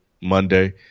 Monday